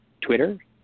Twitter